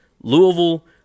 Louisville